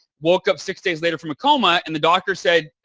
woke up six days later from a coma and the doctor said,